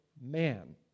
man